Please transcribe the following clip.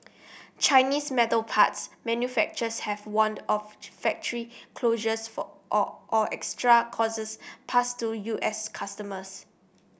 Chinese metal parts manufacturers have warned of factory closures for or or extra costs passed to U S customers